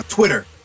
Twitter